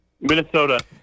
Minnesota